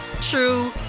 true